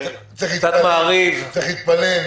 קצת מעריב -- קצת להתפלל.